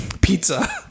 pizza